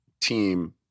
team